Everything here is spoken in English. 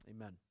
Amen